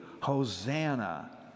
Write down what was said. Hosanna